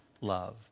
love